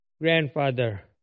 grandfather